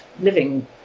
living